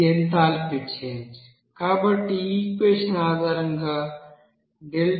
ఇది enthalpy change కాబట్టి ఈ ఈక్వెషన్ ఆధారంగా 420